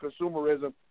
consumerism